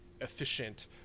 efficient